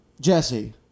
Jesse